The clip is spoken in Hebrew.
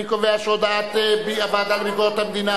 אני קובע שהודעת הוועדה לביקורת המדינה